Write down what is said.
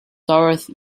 dorothy